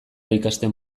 ikasten